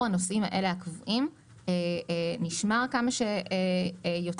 הנוסעים האלה הקבועים נשמר כמה שיותר.